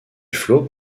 flots